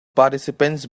participants